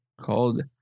called